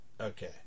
Okay